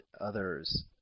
others